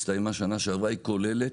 היא הסתיימה שנה שעברה היא כוללת,